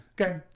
okay